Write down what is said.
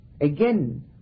again